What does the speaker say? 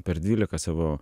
per dvylika savo